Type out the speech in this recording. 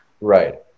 Right